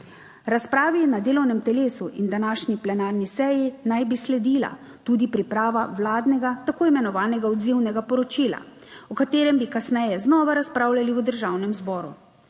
Razpravi na delovnem telesu in današnji plenarni seji naj bi sledila tudi priprava vladnega tako imenovanega odzivnega poročila, o katerem bi kasneje znova razpravljali v Državnem zboru.